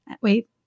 Wait